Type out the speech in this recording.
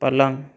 पलंग